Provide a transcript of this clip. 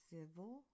Civil